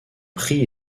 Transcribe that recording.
pris